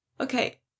okay